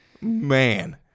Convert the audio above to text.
Man